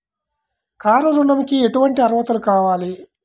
Car ఋణంకి ఎటువంటి అర్హతలు కావాలి?